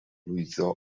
lwyddo